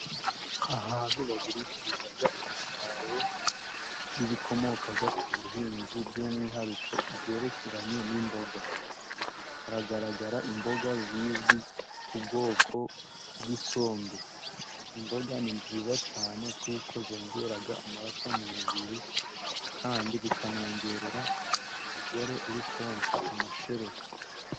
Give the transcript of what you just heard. Ahantu bagurishiriza umusaruro w'ibikomoka ku buhinzi. By'umwihariko ibyerekeranye n'imboga, hagaragara imboga zizwi ku bwoko bw'isombe. Izi mboga ni nziza cyane, kuko zongera amaraso mu mubiri, kandi zikanongerera umugore uri konsa amashereka.